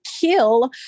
kill